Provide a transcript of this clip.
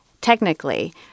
technically